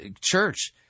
church